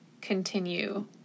continue